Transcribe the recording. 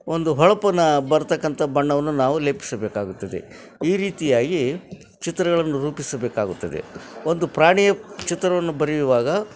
ಒಂದು ಹೊಳಪು ಬರತಕ್ಕಂಥ ಬಣ್ಣವನ್ನು ನಾವು ಲೇಪಿಸಬೇಕಾಗುತ್ತದೆ ಈ ರೀತಿಯಾಗಿ ಚಿತ್ರಗಳನ್ನು ರೂಪಿಸಬೇಕಾಗುತ್ತದೆ ಒಂದು ಪ್ರಾಣಿಯ ಚಿತ್ರವನ್ನು ಬರೆಯುವಾಗ